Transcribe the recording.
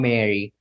Mary